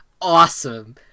awesome